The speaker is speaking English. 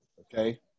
Okay